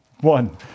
one